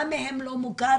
מה מהם לא מוכר?